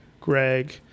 Greg